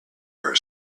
her